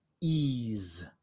ease